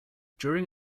during